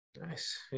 Nice